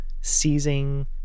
seizing